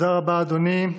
תודה רבה, אדוני.